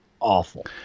awful